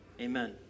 Amen